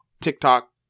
TikTok